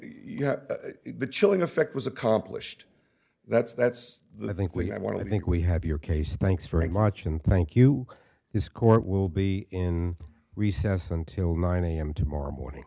n the chilling effect was accomplished that's that's the i think lee i want to i think we have your case thanks very much and thank you is court will be in recess until nine am tomorrow morning